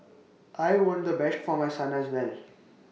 I want the best for my son as well